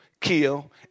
kill